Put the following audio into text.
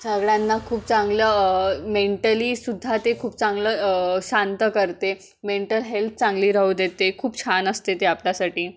सगळ्यांना खूप चांगलं मेंटली सुद्धा ते खूप चांगलं शांत करते मेंटल हेल्थ चांगली राहू देते खूप छान असते ते आपल्यासाठी